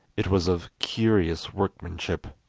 it was of curious workmanship,